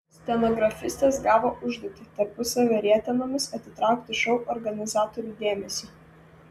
stenografistės gavo užduotį tarpusavio rietenomis atitraukti šou organizatorių dėmesį